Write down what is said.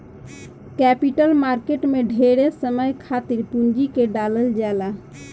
capital market में ढेरे समय खातिर पूंजी के डालल जाला